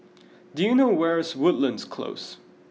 do you know where is Woodlands Close